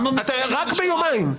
רק ביומיים.